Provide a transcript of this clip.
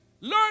learn